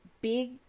big